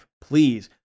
please